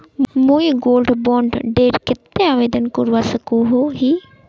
मुई gold bond डेर केते आवेदन करवा सकोहो ही?